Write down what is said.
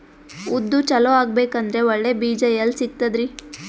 ಉದ್ದು ಚಲೋ ಆಗಬೇಕಂದ್ರೆ ಒಳ್ಳೆ ಬೀಜ ಎಲ್ ಸಿಗತದರೀ?